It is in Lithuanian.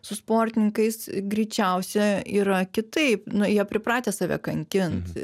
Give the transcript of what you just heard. su sportininkais greičiausia yra kitaip nu jie pripratę save kankint